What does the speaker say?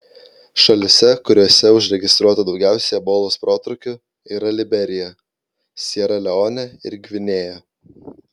šalyse kuriose užregistruota daugiausiai ebolos protrūkių yra liberija siera leonė ir gvinėja